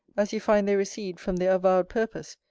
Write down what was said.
as you find they recede from their avowed purpose,